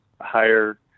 higher